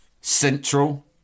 central